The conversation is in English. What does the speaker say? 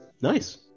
Nice